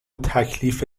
تکلیف